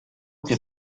que